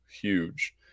huge